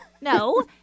No